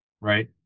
Right